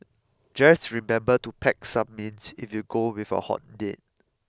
just remember to pack some mints if you go with a hot date